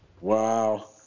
Wow